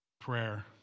prayer